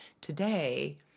today